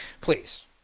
Please